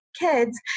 kids